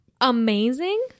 Amazing